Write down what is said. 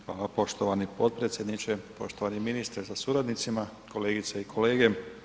Hvala poštovani potpredsjedniče, poštovani ministre sa suradnicima, kolegice i kolege.